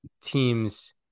teams